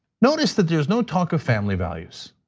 notice that there's no talk of family values.